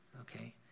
okay